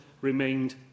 remained